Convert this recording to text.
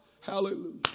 hallelujah